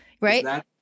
right